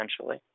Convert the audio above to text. essentially